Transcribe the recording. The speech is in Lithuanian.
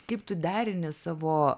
kaip tu derini savo